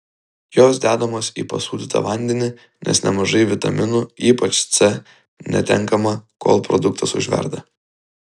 jos dedamos į pasūdytą vandenį nes nemažai vitaminų ypač c netenkama kol produktas užverda